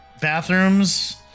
bathrooms